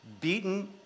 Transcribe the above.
beaten